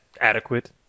adequate